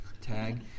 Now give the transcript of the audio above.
tag